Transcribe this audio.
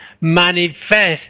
manifest